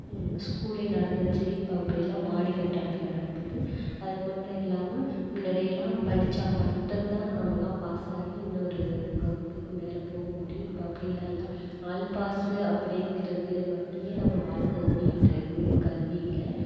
ஸ்கூலே நடந்துச்சு இப்போ அப்படி இல்லை மாடி கட்டிடத்துல நடக்குது அது மட்டும் இல்லாமல் முன்னாடி எல்லாம் படிச்சால் மட்டும் தான் நம்மெல்லாம் பாஸ் ஆகி இன்னொரு வகுப்புக்கு மேலே போக முடியும் இப்போ அப்படிலாம் இல்லை ஆல் பாஸு அப்படிங்கிறதுல மட்டுமே நம்ம வாழ்க்கை ஓடிகிட்டுருக்கு கல்வியில்